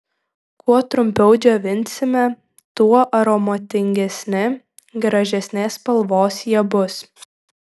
kuo trumpiau džiovinsime tuo aromatingesni gražesnės spalvos jie bus